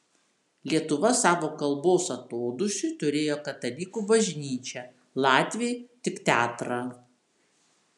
lietuva savo kalbos atodūsiui turėjo katalikų bažnyčią latviai tik teatrą